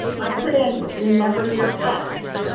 i put in remember your pets,